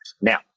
now